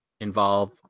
involve